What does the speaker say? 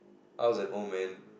I was an old man